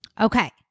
Okay